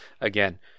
again